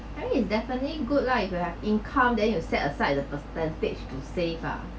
I mean it's definitely good lah if you have income then you set aside the percentage to save ah